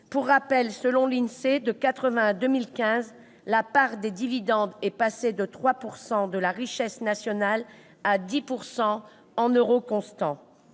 Pour rappel, selon l'INSEE, de 1980 à 2015, la part des dividendes est passée de 3 % de la richesse nationale à 10 % en euros constants.